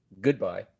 goodbye